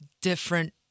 different